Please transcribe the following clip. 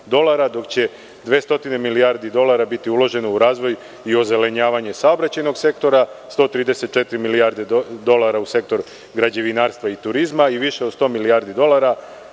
dok će 200 milijardi dolara biti uloženo u razvoj i ozelenjavanje saobraćajnog sektora, 134 milijarde dolara u sektor građevinarstva i turizma i više od 100 milijardi dolara